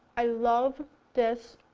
i love this